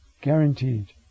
Guaranteed